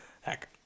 heck